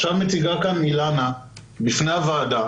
עכשיו מציגה כאן אילנה בפני הוועדה,